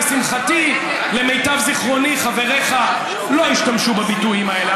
לשמחתי למיטב זיכרוני חבריך לא השתמשו בביטויים האלה,